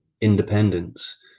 independence